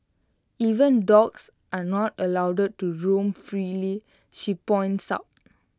even dogs are not allowed to roam freely she points out